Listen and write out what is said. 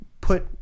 put